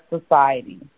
society